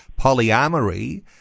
polyamory